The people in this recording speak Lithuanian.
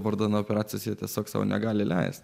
vardan operacijose tiesiog sau negali leisti